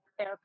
air